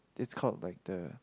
it's called like the